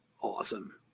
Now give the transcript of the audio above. awesome